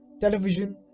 television